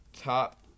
Top